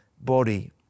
body